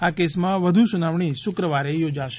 આ કેસમાં વધુ સુનાવણી શુક્રવારે યોજાશે